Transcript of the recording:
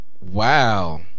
Wow